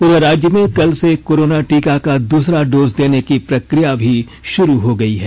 उधर राज्य में कल से कोरोना टीका का दूसरा डोज देने की प्रक्रिया शुरू हो गयी है